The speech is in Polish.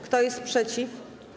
Kto jest przeciw?